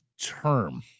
term